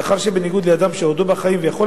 מאחר שבניגוד לאדם שעודו בחיים ויכול